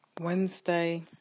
Wednesday